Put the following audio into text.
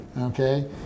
Okay